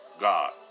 God